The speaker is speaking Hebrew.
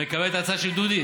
מקבלת את ההצעה של דודי?